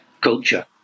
culture